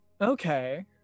Okay